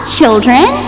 children